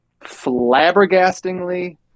flabbergastingly